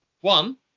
One